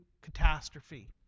catastrophe